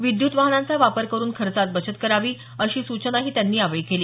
विद्युत वाहनांचा वापर करून खचात बचत व्हावी अशी सूचनाही त्यांनी यावेळी केली